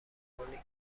زمانی